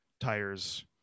tires